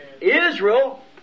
Israel